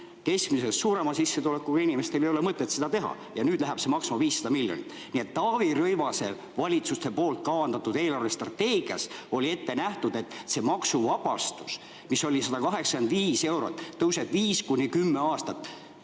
Keskmisest suurema sissetulekuga inimestele ei ole mõtet seda teha. Ja nüüd läheb see maksma 500 miljonit. Nii et Taavi Rõivase valitsuste kavandatud eelarvestrateegias oli ette nähtud, et see maksuvabastus, mis oli 185 eurot, tõuseb 5–10 eurot